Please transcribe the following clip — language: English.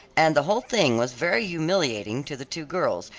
and the whole thing was very humiliating to the two girls,